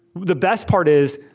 the best part is,